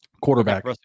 quarterback